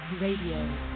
Radio